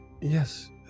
Yes